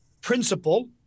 principle